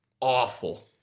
awful